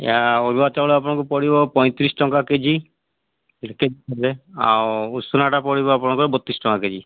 ଅରୁଆ ଚାଉଳ ଆପଣଙ୍କୁ ପଡ଼ିବ ପଇଁତିରିଶ ଟଙ୍କା କେଜି ଆଉ ଉଷୁନାଟା ପଡ଼ିବ ଆପଣଙ୍କର ବତିଶ ଟଙ୍କା କେଜି